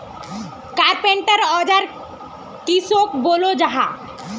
Carpenter औजार किसोक बोलो जाहा?